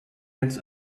ads